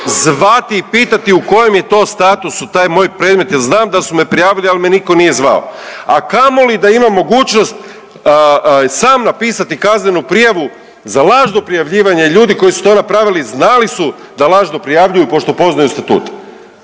zvati i pitati u kojem je to statusu, taj moj predmet jer znam da su me prijavili, ali me nitko nije zvao. A kamoli da imam mogućnost sam napisati kaznenu prijavu za lažno prijavljivanje ljudi koji su to napravili, znali su da lažno prijavljuju pošto poznaju statut.